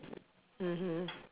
mmhmm